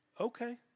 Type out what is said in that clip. Okay